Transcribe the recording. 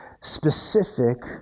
specific